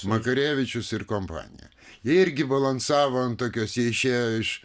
makarevičius ir kompanija irgi balansavo ant tokios jie išėjo iš